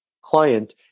client